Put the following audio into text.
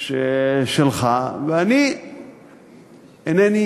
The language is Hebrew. נבואיות שלך, ואני אינני